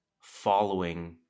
following